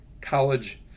college